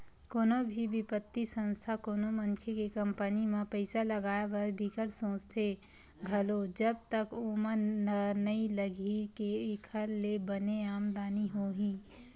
कोनो भी बित्तीय संस्था कोनो मनखे के कंपनी म पइसा लगाए बर बिकट सोचथे घलो जब तक ओमन ल नइ लगही के एखर ले बने आमदानी होही